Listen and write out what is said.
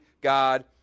God